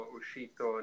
uscito